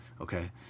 okay